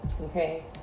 okay